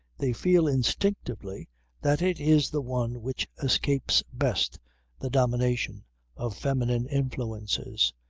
they feel instinctively that it is the one which escapes best the domination of feminine influences.